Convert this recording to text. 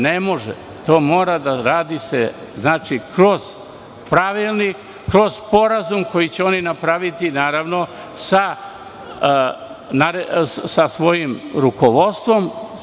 Ne može, to mora da se radi kroz pravilnik, kroz sporazum koji će oni napraviti, naravno, sa svojim rukovodstvom.